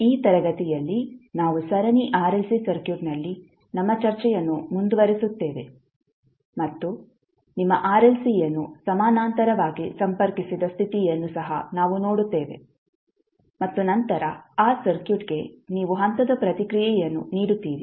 ಈ ತರಗತಿಯಲ್ಲಿ ನಾವು ಸರಣಿ ಆರ್ಎಲ್ಸಿ ಸರ್ಕ್ಯೂಟ್ನಲ್ಲಿ ನಮ್ಮ ಚರ್ಚೆಯನ್ನು ಮುಂದುವರಿಸುತ್ತೇವೆ ಮತ್ತು ನಿಮ್ಮ ಆರ್ಎಲ್ಸಿಯನ್ನು ಸಮಾನಾಂತರವಾಗಿ ಸಂಪರ್ಕಿಸಿದ ಸ್ಥಿತಿಯನ್ನು ಸಹ ನಾವು ನೋಡುತ್ತೇವೆ ಮತ್ತು ನಂತರ ಆ ಸರ್ಕ್ಯೂಟ್ಗೆ ನೀವು ಹಂತದ ಪ್ರತಿಕ್ರಿಯೆಯನ್ನು ನೀಡುತ್ತೀರಿ